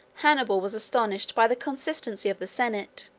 hannibal was astonished by the constancy of the senate,